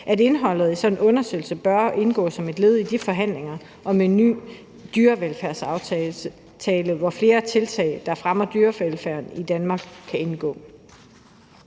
at indholdet af sådan en undersøgelse bør indgå som et led i de forhandlinger om en ny dyrevelfærdsaftale, hvor flere tiltag, der fremmer dyrevelfærden i Danmark, kan indgå.